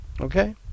Okay